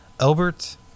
Albert